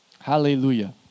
Hallelujah